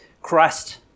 Christ